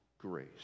grace